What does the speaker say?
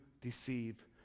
deceive